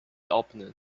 opened